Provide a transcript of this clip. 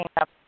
up